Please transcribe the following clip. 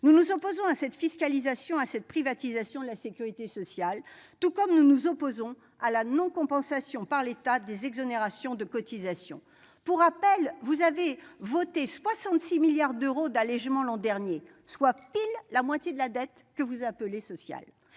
Nous nous opposons à cette fiscalisation et à cette privatisation de la sécurité sociale, tout comme nous nous opposons à la non-compensation par l'État des exonérations de cotisations. Pour rappel, vous avez voté 66 milliards d'euros d'allégements l'an dernier, soit la moitié pile de la dette que vous appelez « sociale